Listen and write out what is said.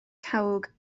cawg